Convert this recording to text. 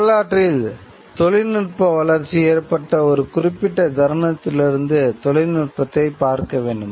வரலாற்றில் தொழில்நுட்ப வளர்ச்சி ஏற்பட்ட ஒரு குறிப்பிட்ட தருணத்திலிருந்து தொழில்நுட்பத்தைப் பார்க்க வேண்டும்